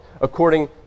according